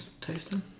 tasting